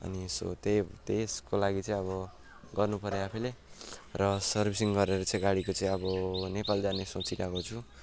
अनि सो त्यही त्यसको लागि चाहिँ अब गर्नु पऱ्यो आफैँले र सर्भिसिङ गरेर चाहिँ गाडीको चाहिँ अब नेपाल जाने सोचिरहेको छु